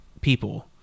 people